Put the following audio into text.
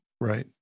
Right